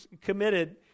committed